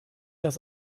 das